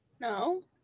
no